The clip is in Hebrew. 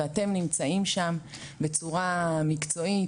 ואתם נמצאים שם בצורה מקצועית,